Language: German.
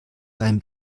beim